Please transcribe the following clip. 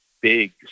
big